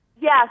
Yes